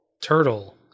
turtle